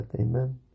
amen